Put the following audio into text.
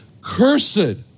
cursed